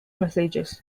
messages